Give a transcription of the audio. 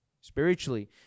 spiritually